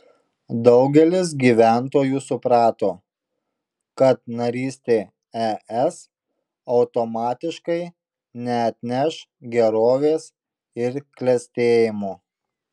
daugelis gyventojų suprato kad narystė es automatiškai neatneš gerovės ir klestėjimo